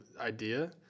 idea